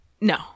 no